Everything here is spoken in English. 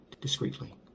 discreetly